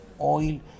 oil